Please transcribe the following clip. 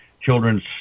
Children's